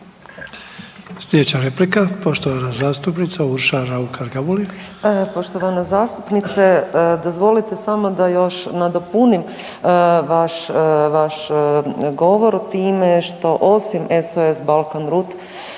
Slijedi replika. Poštovana zastupnica Urša Raukar Gamulin.